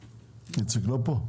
איציק לא פה?